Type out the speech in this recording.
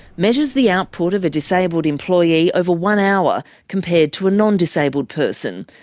measures the output of a disabled employee over one hour compared to a non-disabled person,